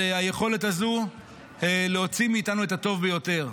על היכולת הזו להוציא מאיתנו את הטוב ביותר.